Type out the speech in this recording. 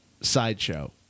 sideshow